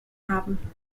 haben